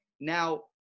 now